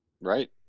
Right